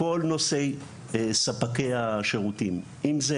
לכל נושא ספקי השירותים, אם זה